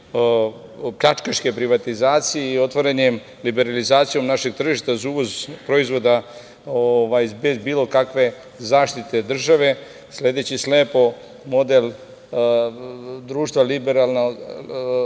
pljačkaške privatizacije i otvaranjem, liberalizacijom našeg društva za uvoz proizvoda bez bilo kakve zaštite države, sledeći slepo model društva liberalne